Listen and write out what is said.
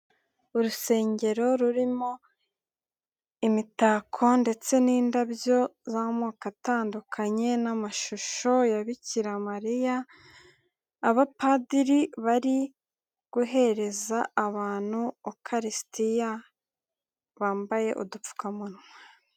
Urusengero rurimo imitako ndetse n'indabyo z'amoko atandukanye n'amashusho ya bikiramariya, abapadiri bari guhereza abantu ukarisitiya bambaye udupfukamunwa.